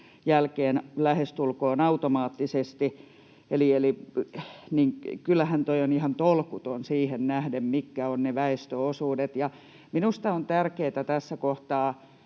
jälkeen lähestulkoon automaattisesti — niin kyllähän tuo on ihan tolkuton luku siihen nähden, mitkä ovat ne väestöosuudet. Minusta on tärkeää tässä kohtaa